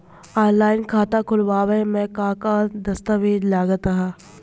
Online खाता खूलावे म का का दस्तावेज लगा ता?